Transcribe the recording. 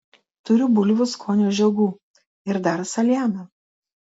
turiu bulvių skonio žiogų ir dar saliamio